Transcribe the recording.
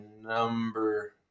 number